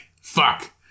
fuck